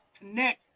connect